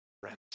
friends